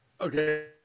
Okay